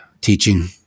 teaching